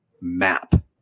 map